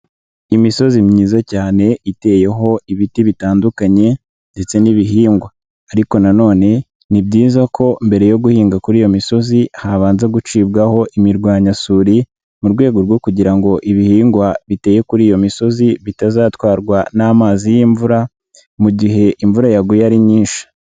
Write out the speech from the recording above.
Imisozi myiza cyane iteyeho ibiti bitandukanye ndetse n'ibihingwa. Ariko na none ni byiza ko mbere yo guhinga kuri iyo misozi habanza gucibwaho imirwanyasuri mu rwego rwo kugira ngo ibihingwa biteye kuri iyo misozi bitazatwarwa n'amazi y'imvura mu gihe imvura yaguye ari nyinshi.